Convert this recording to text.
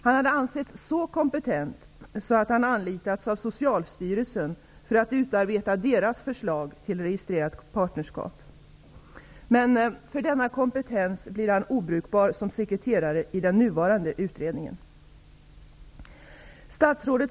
Han har ansetts så kompetent att han anlitats av Socialstyrelsen för att utarbeta deras förslag om registrerat partnerskap. På grund av denna kompetens blir han emellertid obrukbar som sekreterare i den nuvarande utredningen.